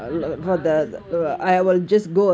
ya I can't afford I will just go ahead with it